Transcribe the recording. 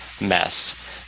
mess